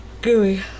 gooey